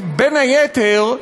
בין היתר,